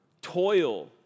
toil